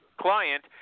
client